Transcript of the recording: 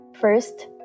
First